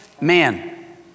man